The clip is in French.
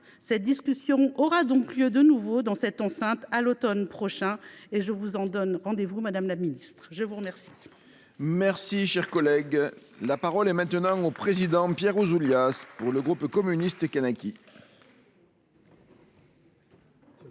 Cette discussion aura donc lieu de nouveau dans cette enceinte, à l’autonome prochain. Je vous donne rendez vous, madame la ministre ! Très bien